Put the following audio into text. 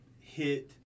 hit